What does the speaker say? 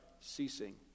ceasing